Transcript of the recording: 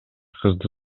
кызды